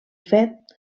fet